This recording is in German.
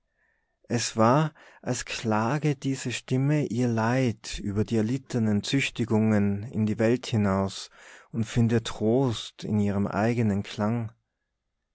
es war als klage diese stimme ihr leid über die erlittenen züchtigungen in die welt hinaus und finde trost in ihrem eigenen klang